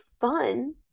fun